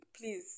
please